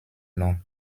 nom